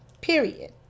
Period